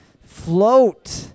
float